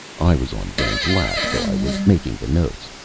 i was on vern's lap, so i was making the notes.